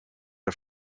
are